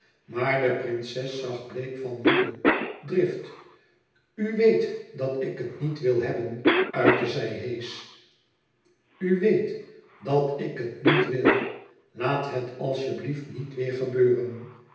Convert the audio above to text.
maar de prinses zag bleek van woede drift u weet dat ik het niet wil hebben uitte zij heesch u weet dat ik het niet wil laat het alsjeblief niet weêr gebeuren